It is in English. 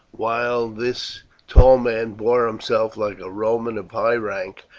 while this tall man bore himself like a roman of high rank,